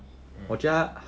mm